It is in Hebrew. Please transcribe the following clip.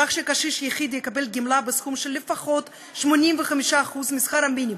כך שקשיש יחיד יקבל גמלה בסכום של לפחות 85% משכר המינימום.